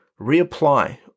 reapply